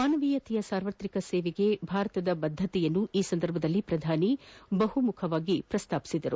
ಮಾನವೀಯತೆಯ ಸಾರ್ವತ್ರಿಕ ಸೇವೆಗೆ ಭಾರತದ ಬದ್ದತೆಯನ್ನು ಈ ಸಂದರ್ಭದಲ್ಲಿ ಪ್ರಧಾನಿ ಪ್ರಮುಖವಾಗಿ ಪ್ರಸ್ತಾಪಿಸಿದರು